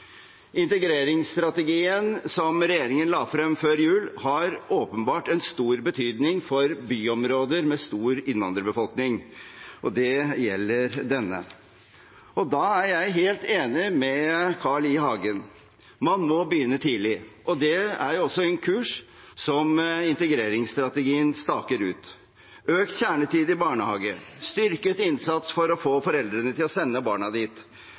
Integreringsstrategien som regjeringen la frem før jul, har åpenbart stor betydning for byområder med stor innvandrerbefolkning, og det gjelder denne. Da er jeg helt enig med Carl I. Hagen, man må begynne tidlig, og det er også en kurs som integreringsstrategien staker ut: økt kjernetid i barnehage, styrket innsats for å få foreldrene til å sende barna dit,